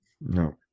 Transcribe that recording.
No